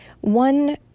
one